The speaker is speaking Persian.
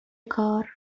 کار